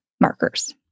markers